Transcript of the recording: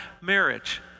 marriage